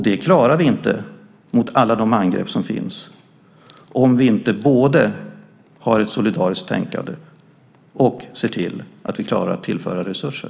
Det klarar vi inte mot alla de angrepp som finns om vi inte både har ett solidariskt tänkande och ser till att vi klarar att tillföra resurser.